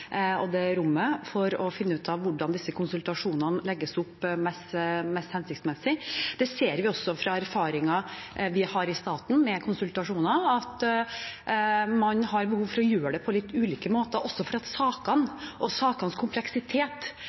og det rommet for å finne ut av hvordan disse konsultasjonene legges opp mest hensiktsmessig. Det ser vi også fra erfaringer vi har i staten med konsultasjoner, at man har behov for å gjøre det på litt ulike måter, også fordi sakene og sakenes kompleksitet